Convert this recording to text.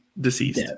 deceased